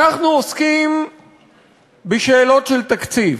אנחנו עוסקים בשאלות של תקציב.